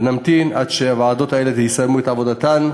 ונמתין עד שהוועדות האלה יסיימו את עבודתן,